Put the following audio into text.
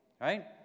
Right